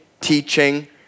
teaching